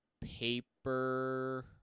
Paper